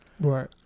Right